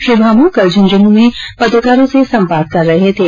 श्री भामू कल झूंझुनूं में पत्रकारों से संवाद कर रहे थे